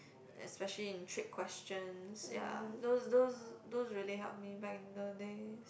especially in trick questions ya those those those really help me back in those days